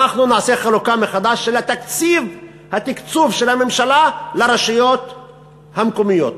אנחנו נעשה חלוקה מחדש של התקצוב של הממשלה לרשויות המקומיות.